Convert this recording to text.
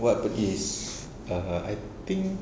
what happen is err I think